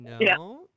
no